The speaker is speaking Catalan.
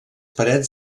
parets